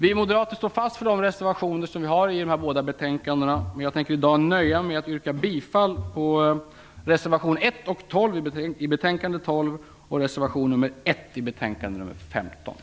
Vi moderater står bakom de reservationer som vi har i dessa båda betänkanden, men jag tänker i dag nöja mig med att yrka bifall till reservation nr 1 och